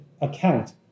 account